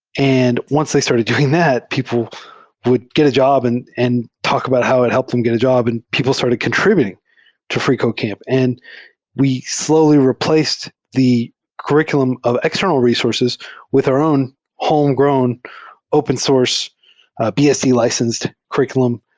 and once they started doing that, people would get a job and and talk about how it helped them get a job, and people started contr ibuting to freecodecamp. and we slowly replaced the curr iculum of external resources with our own homegrown open source so bsd-licensed curr iculum.